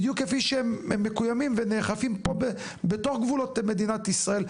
בדיוק כפי שהם מקוימים ונאכפים בתוך גבולות מדינת ישראל,